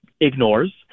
ignores